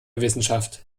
wissenschaft